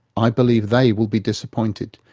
i believe they will be disappointed,